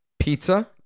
Pizza